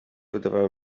wydawało